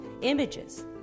images